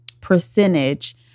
percentage